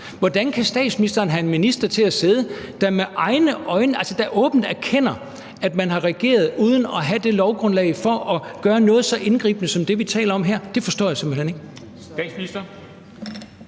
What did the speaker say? Hvordan kan statsministeren have en minister til at sidde, som åbent erkender, at man har reageret uden at have lovgrundlaget for at gøre noget så indgribende som det, vi taler om her? Det forstår jeg simpelt hen ikke.